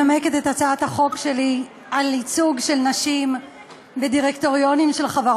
ההצעה להעביר את הצעת חוק שוויון לאנשים עם מוגבלות